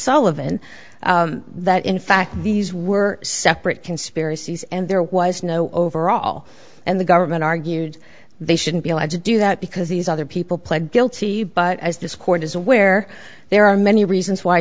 sullivan that in fact these were separate conspiracies and there was no overall and the government argued they shouldn't be allowed to do that because these other people pled guilty but as this court is aware there are many reasons why